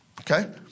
Okay